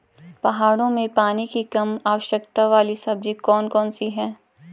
पहाड़ों में पानी की कम आवश्यकता वाली सब्जी कौन कौन सी हैं?